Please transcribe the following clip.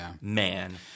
man